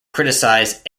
criticised